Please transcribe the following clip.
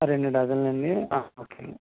రెండు డజన్లు అండి ఒకే